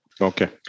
Okay